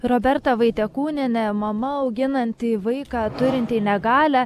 roberta vaitekūnienė mama auginanti vaiką turintį negalią